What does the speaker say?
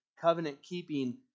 covenant-keeping